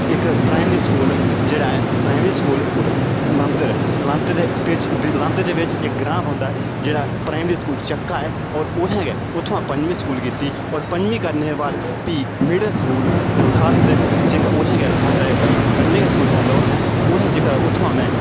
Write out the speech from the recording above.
इक primary school जेह्ड़ा ऐ प्राइमरी स्कूल उ'त्थें लांदर लांदर बिच बी लांदर दे बिच इक ग्रांऽ पौंदा ऐ जेह्ड़ा प्राइमरी स्कूल चक्का ऐ होर उ'त्थुआं गै उ'त्थुआं पंजमी स्कूल कीती होर पंजमी करने दे बाद भी मिडिल स्कूल कंसाल दे जेह्का उ'त्थें गै पौंदा ऐ इक कन्नै गै स्कूल पौंदा ऐ उ'त्थें उ'त्थें जेह्का उ'त्थुआं में